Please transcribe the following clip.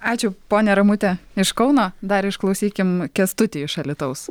ačiū ponia ramute iš kauno dar išklausykim kęstutį iš alytaus